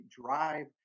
drive